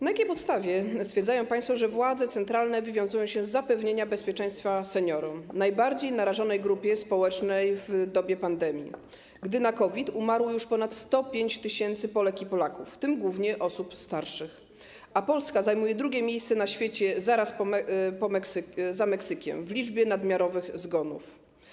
Na jakiej podstawie stwierdzają państwo, że władze centralne wywiązują się z zapewnienia bezpieczeństwa seniorom, najbardziej narażonej grupie społecznej w dobie pandemii, gdy na COVID umarło już ponad 105 tys. Polek i Polaków, w tym głównie osób starszych, a Polska zajmuje drugie miejsce na świecie zaraz za Meksykiem w liczbie nadmiarowych zgonów?